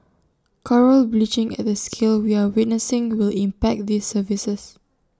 Coral bleaching at the scale we are witnessing will impact these services